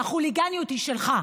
החוליגניות היא שלך.